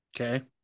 okay